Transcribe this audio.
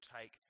take